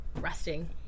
resting